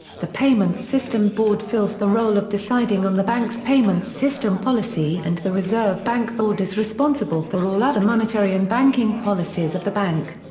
the payments system board fills the role of deciding on the bank's payments system policy and the reserve bank board is responsible for all other monetary and banking policies of the bank.